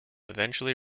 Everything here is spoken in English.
eventually